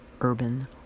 urban